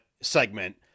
segment